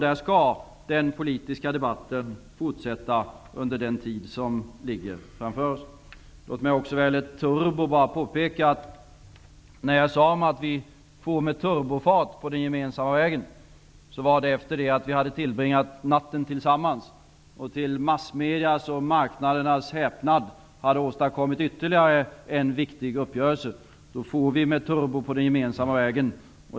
Där skall den politiska debatten fortsätta under den tid som ligger framför oss, och det kommer den att göra. Låt mig också påpeka att när jag sade att vi for med turbofart på den gemensamma vägen, var det efter det att vi hade tillbringat natten tillsammans och till massmedias och marknadernas häpnad hade åstadkommit ytterligare en viktig uppgörelse. Då for vi med turbofart på den gemensamma vägen.